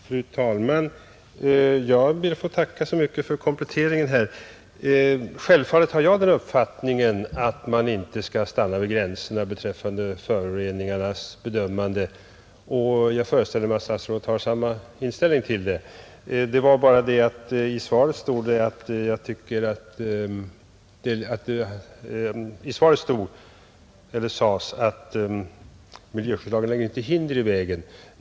Fru talman! Jag ber att få tacka för statsrådets komplettering. Självfallet har jag den uppfattningen att man inte skall stanna vid gränserna när det gäller att bedöma föroreningarna, och jag föreställer mig att statsrådet har samma inställning i den frågan, I svaret sades det bara att miljöskyddslagen inte lägger hinder i vägen.